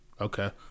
Okay